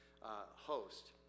host